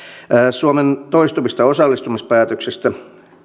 suomen toistuvista osallistumispäätöksistä